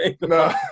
No